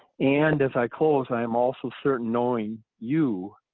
and as i close, i'm also certain knowing you,